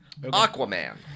Aquaman